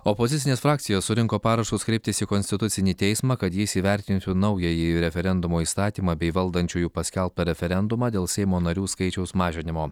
opozicinės frakcijos surinko parašus kreiptis į konstitucinį teismą kad jis įvertintų naująjį referendumo įstatymą bei valdančiųjų paskelbtą referendumą dėl seimo narių skaičiaus mažinimo